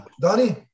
Donnie